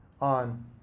on